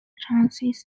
transit